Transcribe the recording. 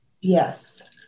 Yes